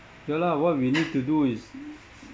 ya lah what we need to do is